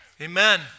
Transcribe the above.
Amen